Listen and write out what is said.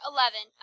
Eleven